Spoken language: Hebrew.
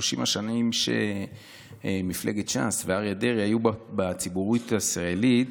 השנים שמפלגת ש"ס ואריה דרעי היו בציבוריות הישראלית,